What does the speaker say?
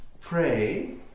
pray